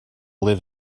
live